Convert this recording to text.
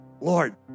Lord